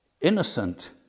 innocent